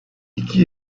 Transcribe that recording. i̇ki